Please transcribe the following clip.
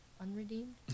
Unredeemed